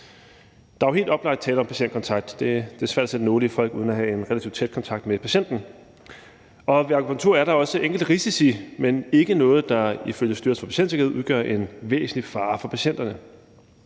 når vi taler om akupunktører; det er svært at sætte nåle i folk uden at have en relativt tæt kontakt med patienten. Og ved akupunktur er der også enkelte risici, men ikke noget, der ifølge Styrelsen for Patientsikkerhed udgør en væsentlig fare for patienterne.